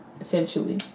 essentially